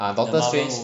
ah doctor strange